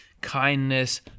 Kindness